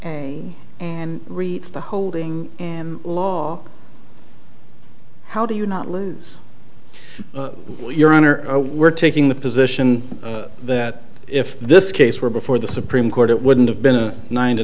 and and reach the holding and law how do you not lose your honor we're taking the position that if this case were before the supreme court it wouldn't have been a nine to